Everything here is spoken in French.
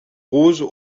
roses